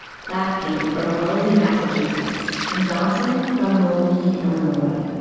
plath came from wellesley massachusetts and johnson from moline illinois.